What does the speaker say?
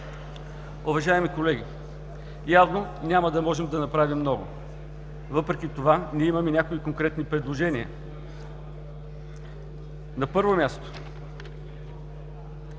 Уважаеми колеги, явно няма да можем да направим много. Въпреки това ние имаме някои конкретни предложения. На първо място,